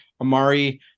Amari